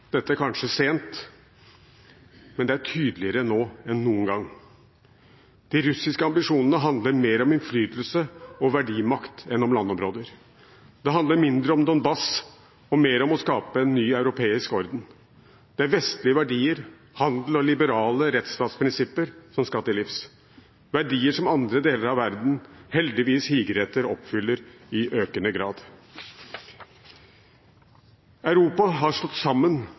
dette kanskje sent, men det er tydeligere nå enn noen gang. De russiske ambisjonene handler mer om innflytelse og verdimakt enn om landområder. Det handler mindre om Donbass og mer om å skape en ny europeisk orden. Det er vestlige verdier, handel og liberale rettsstatsprinsipper som man skal til livs, verdier som andre deler av verden heldigvis higer etter og oppfyller i økende grad. Europa har stått sammen